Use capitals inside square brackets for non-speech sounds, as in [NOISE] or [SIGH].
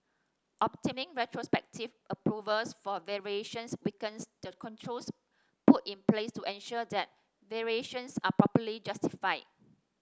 obtaining retrospective approvals for variations weakens the controls [NOISE] put in place to ensure that variations are properly justified